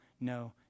no